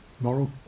moral